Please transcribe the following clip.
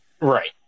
Right